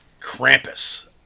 Krampus